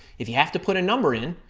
if you have to put a number in,